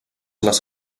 les